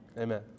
amen